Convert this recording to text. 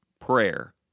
prayer